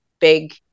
big